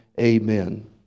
Amen